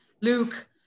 Luke